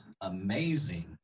amazing